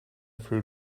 fruit